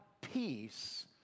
peace